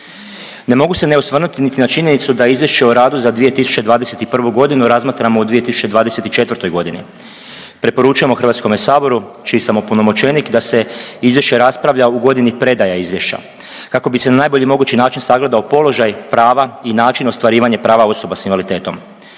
Ne mogu se ne osvrnuti niti na činjenicu da Izvješće o radu za 2021. g. razmatramo u 2024. g. Preporučujemo HS-u, čiji sam opunomoćenik, da se izvješće raspravlja u godini predaja izvješća kako bi se na najbolji mogući način sagledao položaj, prava i način ostvarivanje prava osoba s invaliditetom.